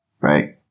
right